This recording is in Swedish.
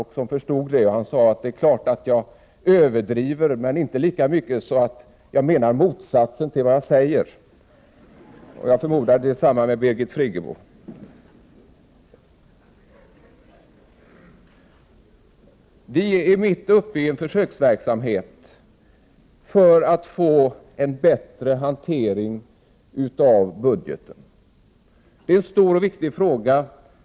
Han förstod det och sade då: Det är klart att jag överdriver, men inte så mycket att jag menar motsatsen till vad jag säger. Jag förmodar att det är samma med Birgit Friggebo. Vi är mitt uppe i en försöksverksamhet för att få en bättre hantering av budgeten. Det är en stor och viktig fråga.